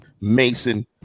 Mason